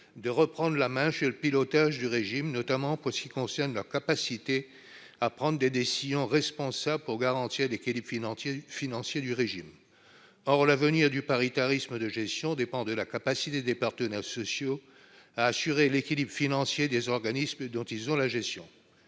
de reprendre la main sur le pilotage du régime, notamment pour ce qui concerne la capacité à prendre des décisions responsables pour garantir l'équilibre financier financier du régime, or l'avenir du paritarisme de gestion dépend de la capacité des partenaires sociaux à assurer l'équilibre financier des organismes dont ils ont la gestion,